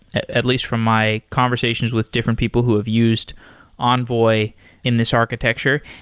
at at least from my conversations with different people who have used envoy in this architecture,